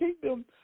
kingdom